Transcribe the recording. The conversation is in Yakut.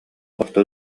орто